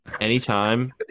Anytime